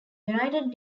united